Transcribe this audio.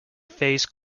phase